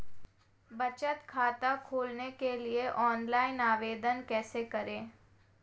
बचत खाता खोलने के लिए ऑनलाइन आवेदन कैसे करें?